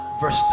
verse